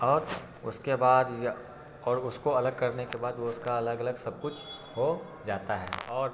और उसके बाद या और उसको अलग करने के बाद वो उसका अलग अलग सब कुछ हो जाता है और